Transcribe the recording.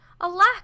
Alack